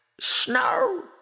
Snow